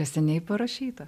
neseniai parašyta